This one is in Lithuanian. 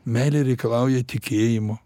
meilė reikalauja tikėjimo